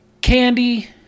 Candy